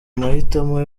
amahitamo